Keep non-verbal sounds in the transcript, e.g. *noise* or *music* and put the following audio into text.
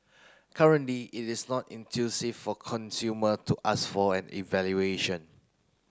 currently it is not *unintelligible* for consumer to ask for an evaluation